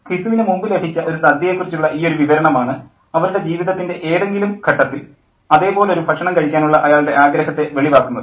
ഘിസുവിന് മുമ്പ് ലഭിച്ച ഒരു സദ്യയെക്കുറിച്ചുള്ള ഈയൊരു വിവരണമാണ് അവരുടെ ജീവിതത്തിൻ്റെ ഏതെങ്കിലും ഘട്ടത്തിൽ അതേപോലൊരു ഭക്ഷണം കഴിക്കാനുള്ള അയാളുടെ ആഗ്രഹത്തെ വെളിവാക്കുന്നത്